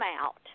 out